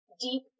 deep